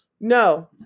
no